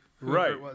Right